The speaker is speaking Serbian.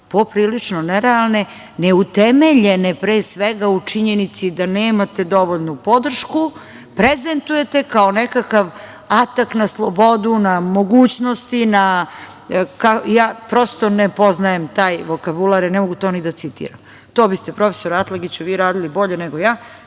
poprilično nerealne, neutemeljene pre svega u činjenici da nemate dovoljnu podršku, prezentujete kao nekakav atak na slobodu, na mogućnosti. Prosto, ja ne poznajem taj vokabular, ne mogu to ni da citiram. To biste, profesore Atlagiću, vi radili bolje nego ja.